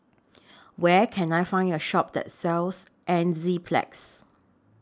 Where Can I Find A Shop that sells Enzyplex